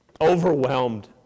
Overwhelmed